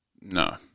No